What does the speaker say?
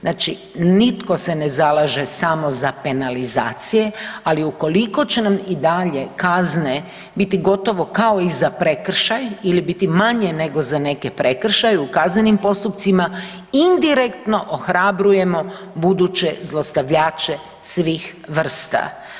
Znači nitko se ne zalaže samo za penalizacije, ali ukoliko će nam i dalje kazne biti gotovo kao i za prekršaj ili biti manje nego za neke prekršaje u kaznenim postupcima, indirektno ohrabrujemo buduće zlostavljače svih vrsta.